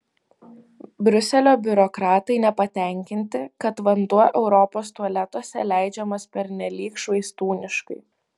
briuselio biurokratai nepatenkinti kad vanduo europos tualetuose leidžiamas pernelyg švaistūniškai